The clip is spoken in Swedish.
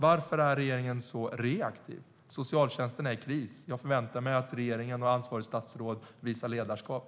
Varför är regeringen så reaktiv? Socialtjänsten är i kris. Jag förväntar mig att regeringen och ansvarigt statsråd visar ledarskap.